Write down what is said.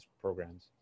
programs